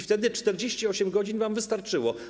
Wtedy 48 godzin wam wystarczyło.